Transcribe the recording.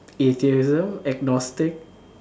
atheism agnostic